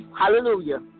Hallelujah